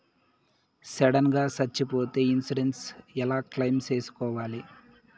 Sudden గా సచ్చిపోతే insurance ఎలా క్లెయిమ్ సేసుకోవాలి?